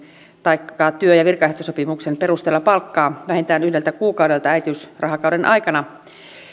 taikka työ ja virkaehtosopimuksen perusteella palkkaa vähintään yhdeltä kuukaudelta äitiysrahakauden aikana